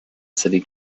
city